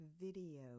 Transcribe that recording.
Video